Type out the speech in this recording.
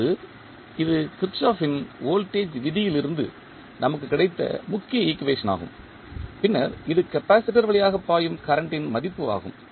இப்போது இது கிர்ச்சோஃப்பின் வோல்டேஜ் விதியிலிருந்து நமக்குக் கிடைத்த முக்கிய ஈக்குவேஷன் ஆகும் பின்னர் இது கப்பாசிட்டர் வழியாக பாயும் கரண்ட் இன் மதிப்பு ஆகும்